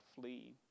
flee